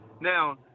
Now